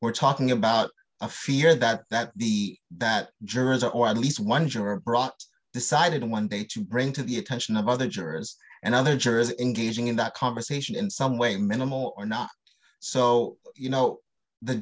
we're talking about a fear that that the that jurors or at least one juror brought decided on one day to bring to the attention of other jurors and other jurors engaging in that conversation in some way minimal or not so you know the